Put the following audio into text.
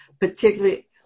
particularly